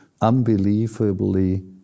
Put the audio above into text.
unbelievably